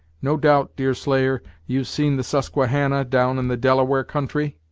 no doubt, deerslayer, you've seen the susquehannah, down in the delaware country?